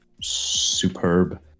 Superb